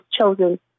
chosen